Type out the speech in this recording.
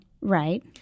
Right